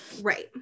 right